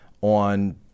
on